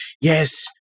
Yes